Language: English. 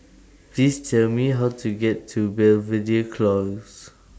Please Tell Me How to get to Belvedere Close